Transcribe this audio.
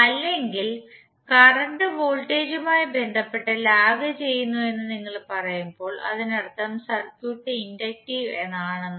അല്ലെങ്കിൽ കറന്റ് വോൾട്ടേജുമായി ബന്ധപ്പെട്ട് ലാഗ് ചെയ്യുന്നു എന്ന് നിങ്ങൾ പറയുമ്പോൾ അതിനർത്ഥം സർക്യൂട്ട് ഇൻഡക്റ്റീവ് ആണെന്ന്